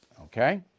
Okay